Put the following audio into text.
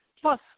plus